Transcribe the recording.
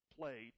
play